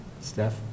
steph